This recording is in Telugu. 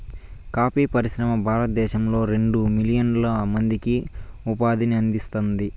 కాఫీ పరిశ్రమ భారతదేశంలో రెండు మిలియన్ల మందికి ఉపాధిని అందిస్తాంది